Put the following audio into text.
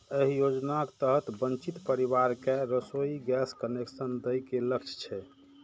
एहि योजनाक तहत वंचित परिवार कें रसोइ गैस कनेक्शन दए के लक्ष्य छै